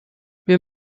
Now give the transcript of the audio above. wir